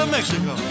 Mexico